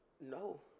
No